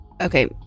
okay